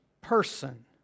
person